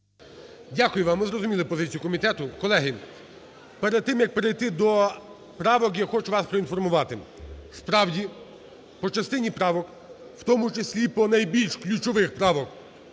Дякую вам. Ми зрозуміли позицію комітету. Колеги, перед тим, як перейти до правок, я хочу вас проінформувати. Справді, по частині правок, у тому числі по найбільш ключовим правкам,